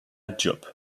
diop